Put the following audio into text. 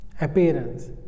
appearance